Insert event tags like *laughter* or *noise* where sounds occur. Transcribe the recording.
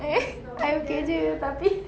*laughs* I okay jer tapi